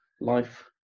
life